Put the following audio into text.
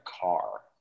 car